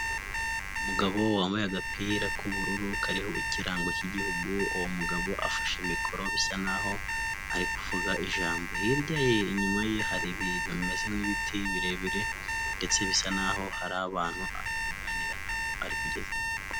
Umugabo wambaye agapira k'ubururu kariho ikirango cy'Igihugu. Uwo mugabo afashe mikoro bisa naho ari kuvuga ijambo. Hirya ye inyuma ye hari ibintu bimeze nk'ibiti birebire ndetse bisa naho hari abantu ari kuganira nabo, ari kugezaho ijambo.